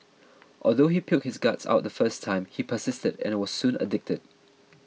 although he puked his guts out the first time he persisted and was soon addicted